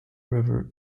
river